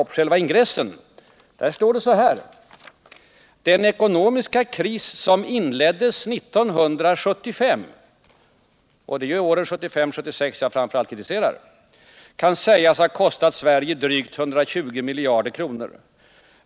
I själva ingressen står följande: ”Den ekonomiska kris som inleddes 1975” —-det är ju åren 1975 och 1976 som jag framför allt kritiserar — ”kan sägas ha kostat Sverige drygt 120 miljarder kronor.